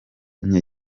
nke